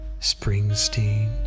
Springsteen